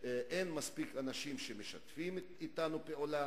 אין מספיק אנשים שמשתפים אתנו פעולה